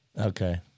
okay